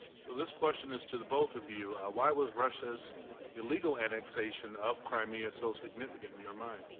so this question is to the both of you, why was russia's illegal annexation of crimea so significant in your mind?